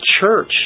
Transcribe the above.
church